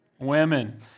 Women